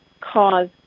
cause